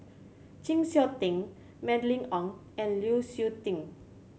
Chng Seok Tin Mylene Ong and Lu Suitin